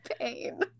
pain